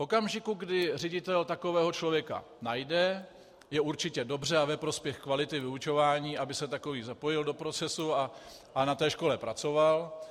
V okamžiku, kdy ředitel takového člověka najde, je určitě dobře a ve prospěch kvality vyučování, aby se takový zapojil do procesu a na té škole pracoval.